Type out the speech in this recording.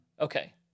Okay